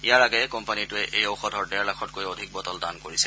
ইয়াৰ আগেয়ে কোম্পানীটোৱে এই ঔষধৰ ডেৰ লাখতকৈ অধিক বটল দান কৰিছে